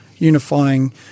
unifying